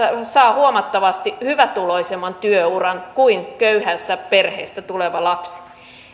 saa huomattavasti hyvätuloisemman työuran kuin köyhästä perheestä tuleva lapsi